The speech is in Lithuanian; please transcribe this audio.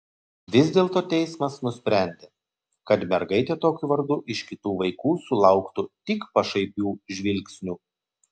vis dėlto teismas nusprendė kad mergaitė tokiu vardu iš kitų vaikų sulauktų tik pašaipių žvilgsnių